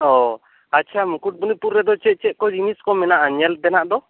ᱚᱻ ᱟᱪᱪᱷᱟ ᱢᱩᱠᱩᱴᱢᱩᱱᱤᱯᱩᱨ ᱨᱮᱫᱚ ᱪᱮᱫ ᱪᱮᱫ ᱠᱚ ᱡᱤᱱᱤᱥ ᱠᱚ ᱢᱮᱱᱟᱜ ᱟ ᱧᱮᱞ ᱛᱮᱱᱟᱜ ᱫᱚ